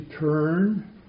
turn